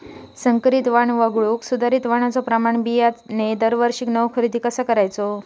संकरित वाण वगळुक सुधारित वाणाचो प्रमाण बियाणे दरवर्षीक नवो खरेदी कसा करायचो?